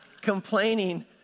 complaining